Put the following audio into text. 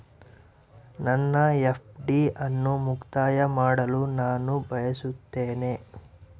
ನನ್ನ ಎಫ್.ಡಿ ಅನ್ನು ಮುಕ್ತಾಯ ಮಾಡಲು ನಾನು ಬಯಸುತ್ತೇನೆ